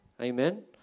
Amen